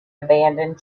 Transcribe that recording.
abandoned